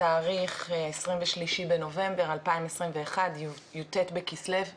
התאריך 23 בנובמבר 2021, י"ט בכסלו תשפ"ב.